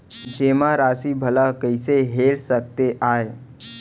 जेमा राशि भला कइसे हेर सकते आय?